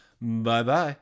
Bye-bye